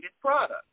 product